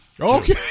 Okay